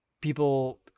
people